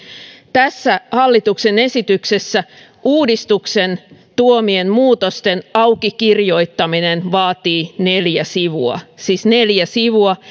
tässä hallituksen esityksessä uudistuksen tuomien muutosten auki kirjoittaminen vaatii neljä sivua siis neljä sivua